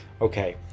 Okay